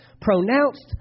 pronounced